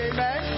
Amen